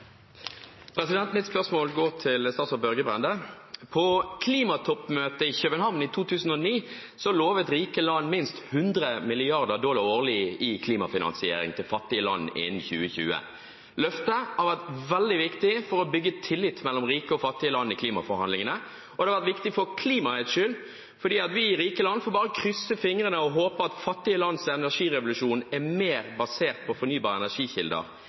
klimatoppmøtet i København i 2009 lovet rike land minst 100 mrd. dollar årlig i klimafinansiering til fattige land innen 2020. Løftet har vært veldig viktig for å bygge tillit mellom rike og fattige land i klimaforhandlingene, og det har vært viktig for klimaets skyld. Vi i rike land må bare krysse fingrene og håpe at fattige land ser at energirevolusjonen er mer basert på fornybare energikilder